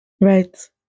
right